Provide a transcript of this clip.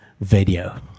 video